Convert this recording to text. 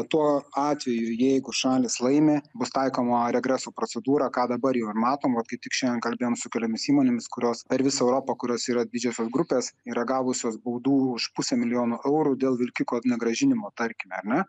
tuo atveju jeigu šalys laimi bus taikoma regreso procedūra ką dabar jau ir matom vat kaip tik šiandien kalbėjom su keliomis įmonėmis kurios per visą europą kurios yra didžiosios grupės yra gavusios baudų už pusę milijono eurų dėl vilkiko negrąžinimo tarkim ar ne